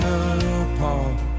apart